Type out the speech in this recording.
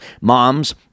moms